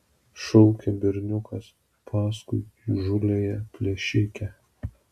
šaukė berniukas paskui įžūliąją plėšikę